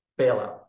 bailout